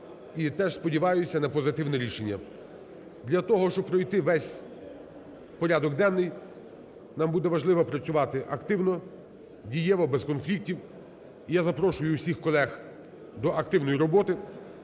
і теж сподіваюся на позитивне рішення. Для того, щоб пройти весь порядок денний, нам буде важливо працювати активно, дієво, без конфліктів. І я запрошую всіх колег до активної роботи.